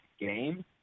game